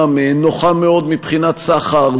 נוחה מאוד מבחינת סחר,